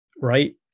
right